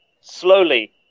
slowly